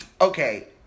okay